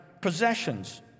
possessions